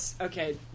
Okay